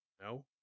no